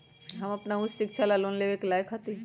हम अपन उच्च शिक्षा ला लोन लेवे के लायक हती?